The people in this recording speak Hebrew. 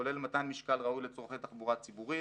כולל מתן משקל ראוי לצרכי תחבורה ציבורית,